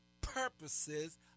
purposes